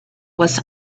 was